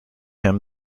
him